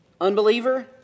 Unbeliever